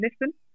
listen